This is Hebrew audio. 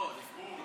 לא, סיכום.